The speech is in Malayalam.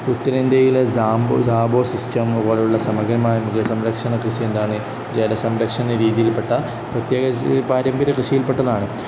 ഉത്തരേന്ത്യയിലെ സാംബോ സാബോ സിസ്റ്റം അതുപോലുള്ള സമഗ്രമായ മൃഗസംരക്ഷണ കൃഷി എന്താണ് ജലസംരക്ഷണ രീതിയിൽപ്പെട്ട പ്രത്യേക പാരമ്പര്യ കൃഷയിൽ പെട്ടതാണ്